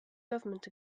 government